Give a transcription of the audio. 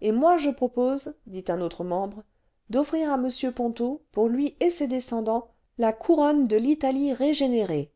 et moi je propose dit un antre membre d'offrir à m ponto pour lui et ses descendants la couronne de l'italie régénérée